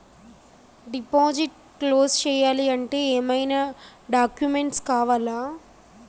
Deposit close చేయాలి అంటే ఏమైనా డాక్యుమెంట్స్ కావాలా?